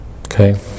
okay